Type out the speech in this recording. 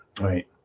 Right